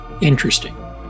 Interesting